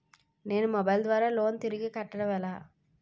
నేను మొబైల్ ద్వారా లోన్ తిరిగి కట్టడం ఎలా?